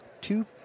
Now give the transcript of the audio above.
two